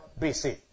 BC